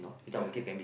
correct